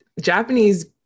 Japanese